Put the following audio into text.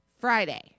Friday